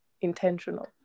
intentional